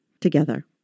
together